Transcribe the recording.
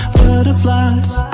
butterflies